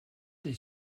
they